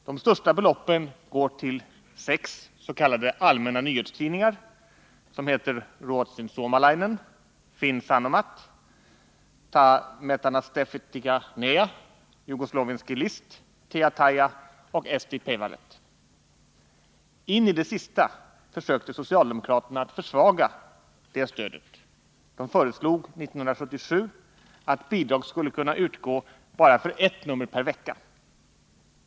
De största beloppen går till sex s.k. allmänna nyhetstidningar, som heter Ruotsin Suomalainen, Finn Sanomat, Metanasteftika Nea, Jugoslavenski List, Teataja, Eesti Päevaleht. Ini det sista försökte socialdemokraterna försvaga detta stöd. De föreslog 1977 att bidrag skulle kunna utgå bara för ett nummer per vecka.